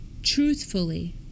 truthfully